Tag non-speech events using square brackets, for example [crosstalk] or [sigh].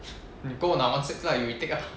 [laughs] 你跟我拿 one six lah you retake lah